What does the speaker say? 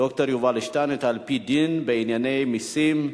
ד"ר יובל שטייניץ, על-פי דין, בענייני מסים,